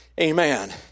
Amen